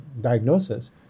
diagnosis